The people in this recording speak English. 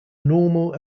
normal